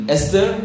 Esther